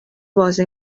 بازی